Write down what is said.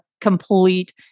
complete